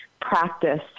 practice